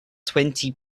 twenty